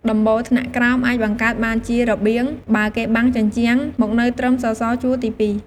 ដំបូលថ្នាក់ក្រោមអាចបង្កើតបានជារបៀង បើគេបាំងជញ្ជាំងមកនៅត្រឹមសសរជួរទីពីរ ។